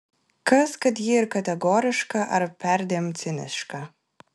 kas kad ji ir kategoriška ar perdėm ciniška